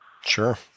Sure